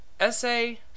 Essay